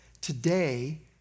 Today